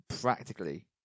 practically